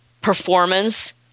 performance